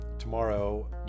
tomorrow